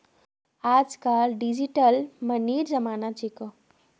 आजकल डिजिटल मनीर जमाना छिको